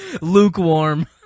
Lukewarm